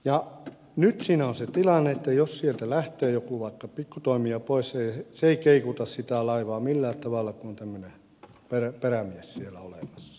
ja nyt siinä on se tilanne että jos sieltä lähtee joku vaikka pikku toimija pois se ei keikuta sitä laivaa millään tavalla kun on tämmöinen perämies siellä olemassa